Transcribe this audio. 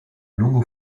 lungo